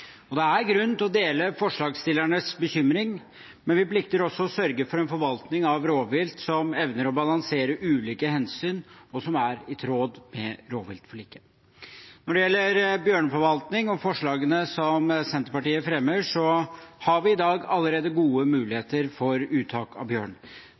valg. Det er grunn til å dele forslagsstillernes bekymring, men vi plikter også å sørge for en forvaltning av rovvilt som evner å balansere ulike hensyn, og som er i tråd med rovviltforliket. Når det gjelder bjørneforvaltning og forslagene som Senterpartiet fremmer, har vi allerede i dag gode muligheter for uttak av bjørn.